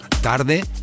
tarde